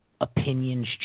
opinions